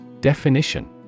Definition